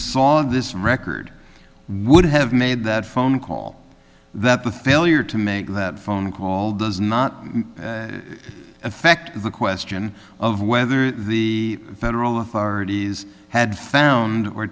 of this record would have made that phone call that the failure to make that phone call does not affect the question of whether the federal authorities had found or